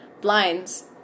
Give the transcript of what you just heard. blinds